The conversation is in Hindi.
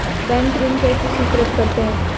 बैंक ऋण कैसे स्वीकृत करते हैं?